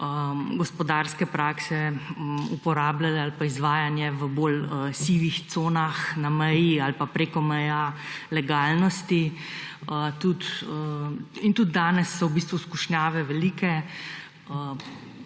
gospodarske prakse uporabljale ali izvajanje v bolj sivih conah na meji ali pa prek meja legalnosti. Tudi danes so skušnjave velike